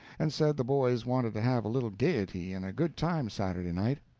and said the boys wanted to have a little gaiety and a good time saturday night,